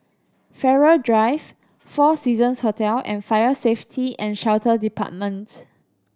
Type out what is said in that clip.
Farrer Drive Four Seasons Hotel and Fire Safety And Shelter Department